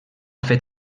fet